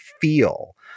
feel